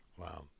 Wow